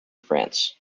france